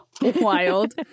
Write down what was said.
wild